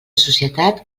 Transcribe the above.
societat